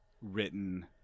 written